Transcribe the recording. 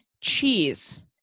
cheese